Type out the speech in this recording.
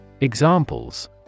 Examples